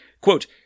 Quote